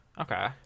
Okay